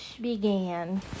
began